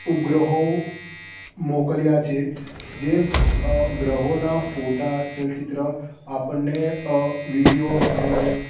ઉપગ્રહો મોકલ્યા છે જે ગ્રહોના ફોટા ચલચિત્ર આપણને અ વીડિયો અને